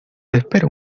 espere